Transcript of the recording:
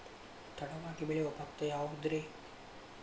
ತಡವಾಗಿ ಬೆಳಿಯೊ ಭತ್ತ ಯಾವುದ್ರೇ?